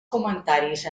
comentaris